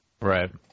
right